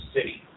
City